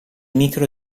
micro